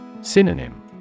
Synonym